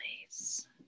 place